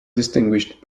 distinguished